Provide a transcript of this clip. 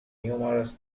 numerous